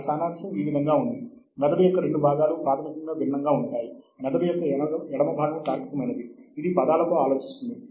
ఇది ప్రాథమికంగా గ్రంధాలయము లో భౌతికంగా ఉన్న పుస్తకాన్ని సూచిస్తుంది